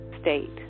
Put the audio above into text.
state